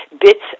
bits